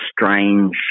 strange